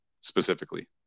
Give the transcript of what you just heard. specifically